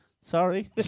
Sorry